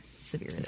severe